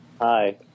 Hi